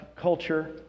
culture